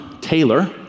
Taylor